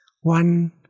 One